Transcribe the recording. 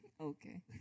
Okay